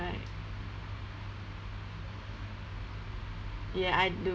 correct ya I do